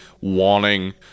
wanting